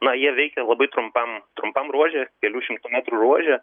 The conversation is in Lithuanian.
na jie veikia labai trumpam trumpam ruože kelių šimtų metrų ruože